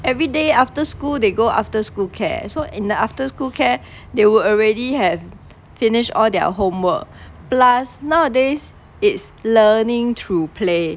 every day after school they go after school care so in the after school care they would already have finish all their homework plus nowadays it's learning through play